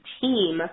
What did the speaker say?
team